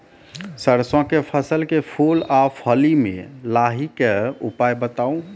सरसों के फसल के फूल आ फली मे लाहीक के उपाय बताऊ?